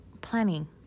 planning